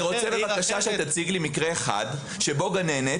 בבקשה תציג לי מקרה אחד שבו גננת